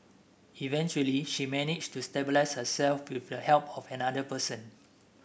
eventually she managed to stabilise herself with the help of another person